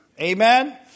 Amen